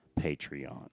Patreon